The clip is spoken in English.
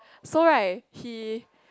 so right he